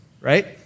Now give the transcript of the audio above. right